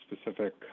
specific